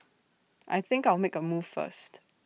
I think I'll make A move first